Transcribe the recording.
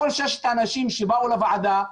כל ששת האנשים שבאו לוועדה,